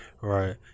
Right